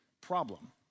problem